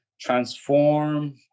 transform